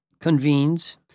convenes